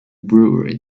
brewery